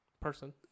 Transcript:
person